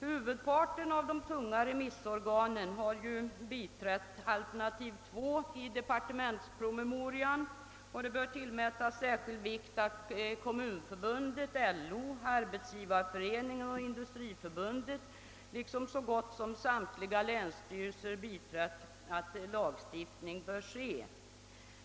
Huvudparten av de »tunga» remissorganen har ju också biträtt alternativ 2 i departementspromemorian, och det bör tillmätas särskild vikt att Kommunförbundet, LO, Arbetsgivareföreningen och Industriförbundet liksom så gott som samtliga länsstyrelser biträtt att lagstiftning bör ske.